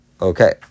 Okay